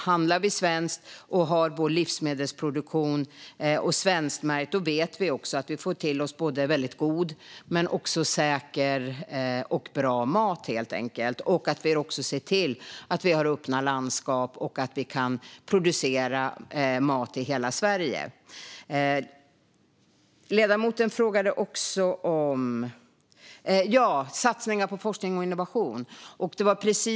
Handlar vi svenskt och har vår livsmedelsproduktion och svenskmärkning vet vi att vi får väldigt god men också säker och bra mat. Vi ser också till att vi har öppna landskap och att vi kan producera mat i hela Sverige. Ledamoten frågade också om satsningar på forskning och innovation.